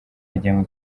yajyanywe